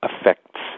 affects